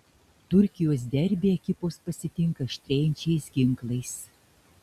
turkijos derbį ekipos pasitinka aštrėjančiais ginklais